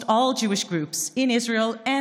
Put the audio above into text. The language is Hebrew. ציין: Almost all Jewish groups in Israel and